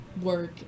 work